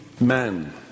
man